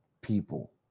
people